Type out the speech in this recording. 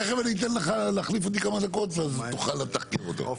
תיכף אני אתן לך להחליף אותי כמה דקות אז תוכל לתחקר אותו.